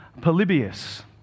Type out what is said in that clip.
Polybius